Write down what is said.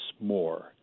more